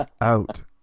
out